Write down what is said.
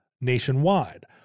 nationwide